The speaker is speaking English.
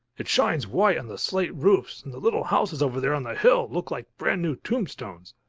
it shines white on the slate roofs, and the little houses over there on the hill look like brand new tombstones.